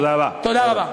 תודה רבה.